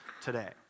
today